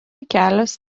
kelios